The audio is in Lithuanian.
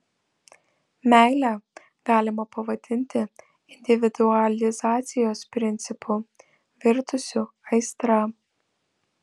meilę galima pavadinti individualizacijos principu virtusiu aistra